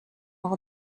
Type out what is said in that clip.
all